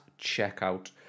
checkout